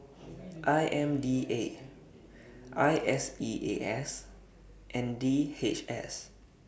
I M D A I S E A S and D H S